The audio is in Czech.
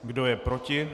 Kdo je proti?